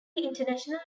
international